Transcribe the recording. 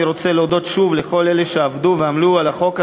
אני רוצה להודות שוב לכל אלה שעבדו ועמלו על החוק הזה: